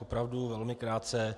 Opravdu velmi krátce.